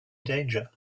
danger